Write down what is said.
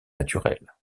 naturelle